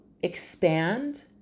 expand